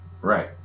right